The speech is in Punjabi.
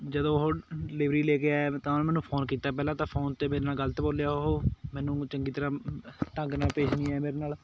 ਜਦੋਂ ਉਹ ਡਿਲੀਵਰੀ ਲੈ ਕੇ ਆਇਆ ਤਾਂ ਉਹਨੇ ਮੈਨੂੰ ਫੋਨ ਕੀਤਾ ਪਹਿਲਾਂ ਤਾਂ ਫੋਨ 'ਤੇ ਮੇਰੇ ਨਾਲ ਗਲਤ ਬੋਲਿਆ ਉਹ ਮੈਨੂੰ ਚੰਗੀ ਤਰ੍ਹਾਂ ਢੰਗ ਨਾਲ ਪੇਸ਼ ਨਹੀਂ ਆਇਆ ਮੇਰੇ ਨਾਲ